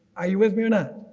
are you with me or not.